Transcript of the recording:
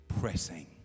pressing